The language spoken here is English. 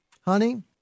honey